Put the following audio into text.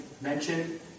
mention